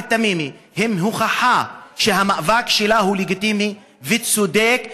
תמימי הן הוכחה שהמאבק שלה הוא לגיטימי וצודק,